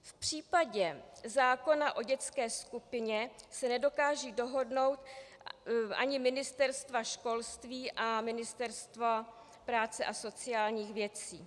V případě zákona o dětské skupině se nedokážou dohodnout ani Ministerstvo školství a Ministerstvo práce a sociálních věcí.